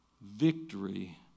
victory